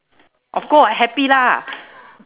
of course I happy lah